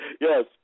Yes